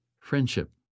Friendship